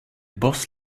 boss